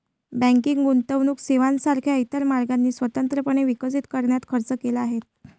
banking गुंतवणूक सेवांसारख्या इतर मार्गांनी स्वतंत्रपणे विकसित करण्यात खर्च केला आहे